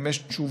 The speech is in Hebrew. אם יש תשובה,